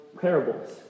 parables